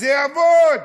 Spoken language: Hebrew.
וזה יעבוד.